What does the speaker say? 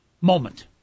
moment